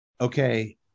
Okay